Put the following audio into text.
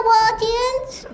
audience